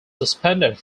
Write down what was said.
suspended